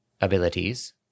Abilities